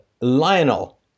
Lionel